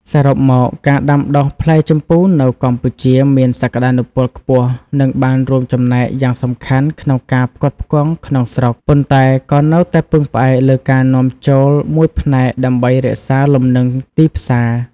សរុបមក ការដាំដុះផ្លែជម្ពូនៅកម្ពុជាមានសក្តានុពលខ្ពស់ និងបានរួមចំណែកយ៉ាងសំខាន់ក្នុងការផ្គត់ផ្គង់ក្នុងស្រុក ប៉ុន្តែក៏នៅតែពឹងផ្អែកលើការនាំចូលមួយផ្នែកដើម្បីរក្សាលំនឹងទីផ្សារ។